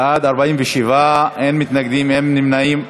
בעד, 47, אין מתנגדים, אין נמנעים.